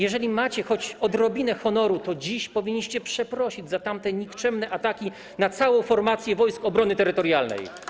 Jeżeli macie choć odrobinę honoru, to dziś powinniście przeprosić za tamte nikczemne ataki na całą formację Wojsk Obrony Terytorialnej.